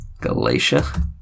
Galatia